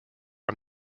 are